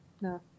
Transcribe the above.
No